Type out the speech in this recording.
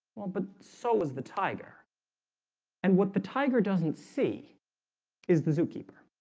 well, but so is the tiger and what the tiger doesn't see is the zookeeper